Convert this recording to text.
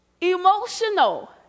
emotional